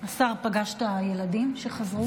השר, פגשת ילדים שחזרו?